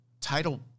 title